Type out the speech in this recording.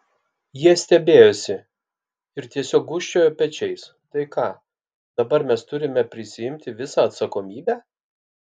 jie stebėjosi ir tiesiog gūžčiojo pečiais tai ką dabar mes turime prisiimti visą atsakomybę